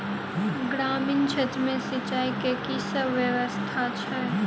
ग्रामीण क्षेत्र मे सिंचाई केँ की सब व्यवस्था छै?